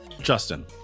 justin